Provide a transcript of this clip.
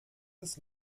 des